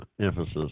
emphasis